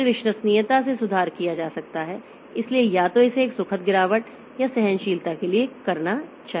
फिर विश्वसनीयता में सुधार किया जा सकता है इसलिए या तो इसे एक सुखद गिरावट या सहनशीलता के लिए करना चाहिए